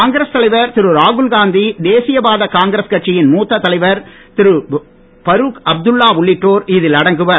காங்கிரஸ் தலைவர் திரு ராகுல்காந்தி தேசியவாத காங்கிரஸ் கட்சியின் மூத்த தலைவர் திரு பரூக் அப்துல்லா உள்ளிட்டோர் இதில் அடங்குவர்